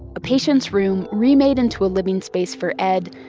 a patient's room remade into a living space for ed,